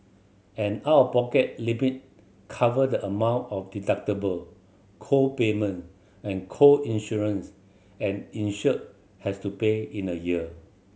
an out of pocket limit cover the amount of deductible co payment and co insurance an insured has to pay in a year